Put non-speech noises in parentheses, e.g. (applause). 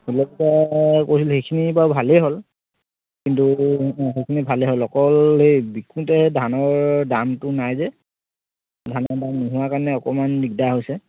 (unintelligible) কৰিছিলোঁ সেইখিনি বাৰু ভালেই হ'ল কিন্তু সেইখিনি ভালেই হ'ল অকল সেই বিকোঁতে ধানৰ দামটো নাই যে ধানৰ দাম নোহোৱা কাৰণে অকমান দিগদাৰ হৈছে